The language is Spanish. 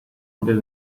antes